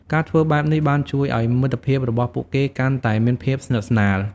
ការធ្វើបែបនេះបានជួយឲ្យមិត្តភាពរបស់ពួកគេកាន់តែមានភាពស្និទ្ធស្នាល។